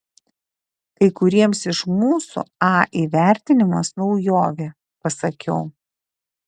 kai kuriems iš mūsų a įvertinimas naujovė pasakiau